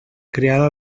creada